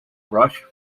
brush